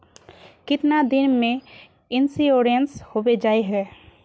कीतना दिन में इंश्योरेंस होबे जाए है?